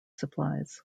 supplies